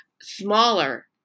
smaller